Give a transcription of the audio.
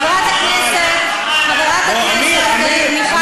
חברי הכנסת, אמיר, אמיר.